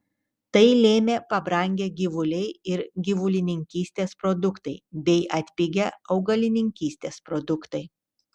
tai lėmė pabrangę gyvuliai ir gyvulininkystės produktai bei atpigę augalininkystės produktai